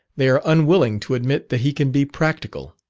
they are unwilling to admit that he can be practical.